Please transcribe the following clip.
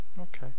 Okay